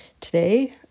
today